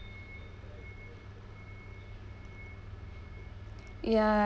ya